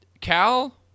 Cal